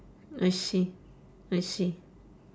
I see I see